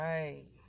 Right